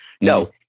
No